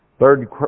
Third